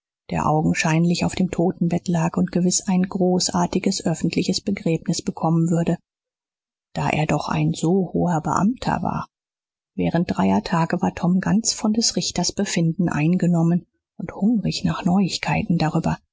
der augenscheinlich auf dem totenbett lag und gewiß ein großartiges öffentliches begräbnis bekommen würde da er doch ein so hoher beamter war während dreier tage war tom ganz von des richters befinden eingenommen und hungrig nach neuigkeiten darüber